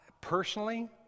personally